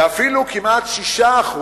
ואפילו כמעט 6%